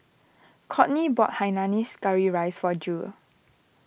Kourtney bought Hainanese Curry Rice for Jule